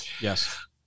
Yes